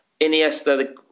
Iniesta